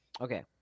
okay